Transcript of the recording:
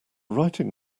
writing